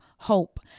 hope